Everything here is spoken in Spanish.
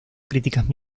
críticas